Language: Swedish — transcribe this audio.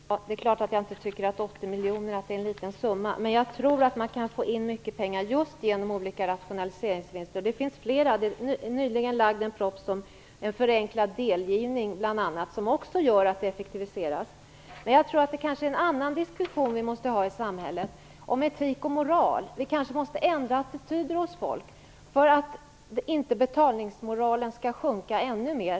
Fru talman! Det är klart att jag inte tycker att 80 miljoner är en liten summa, men jag tror att man kan få in mycket pengar just genom olika rationaliseringsvinster. Man kan göra flera. Nyligen lades en proposition fram om bl.a. en förenklad delgivning. Det innebär en effektivisering. Jag tror att det kanske måste föras en annan diskussion i samhället, om etik och moral. Vi kanske måste ändra attityder hos människorna, så att inte betalningsmoralen sjunker ännu mer.